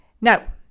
Now